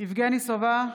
יבגני סובה,